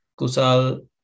Kusal